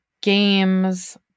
games